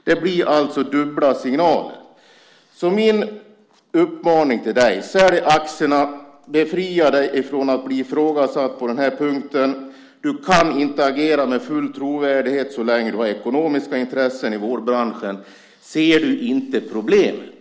Det blir alltså dubbla signaler. Så min uppmaning till dig är: Sälj aktierna! Befria dig från att bli ifrågasatt på den här punkten! Du kan inte agera med full trovärdighet så länge du har ekonomiska intressen i vårdbranschen. Ser du inte problemet?